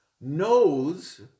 knows